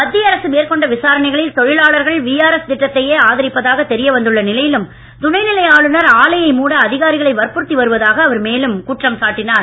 மத்திய அரசு மேற்கொண்ட விசாரணைகளில் தொழிலாளர்கள் விஆர்எஸ் திட்டத்தையே ஆதரிப்பதாக தெரியவந்துள்ள நிலையிலும் துணை நிலை ஆளுநர் ஆலையை மூட அதிகாரிகளை வற்புறுத்தி வருவதாக அவர் மேலும் குற்றம் சாட்டினார்